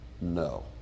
No